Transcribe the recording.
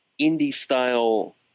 indie-style